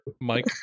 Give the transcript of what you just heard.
mike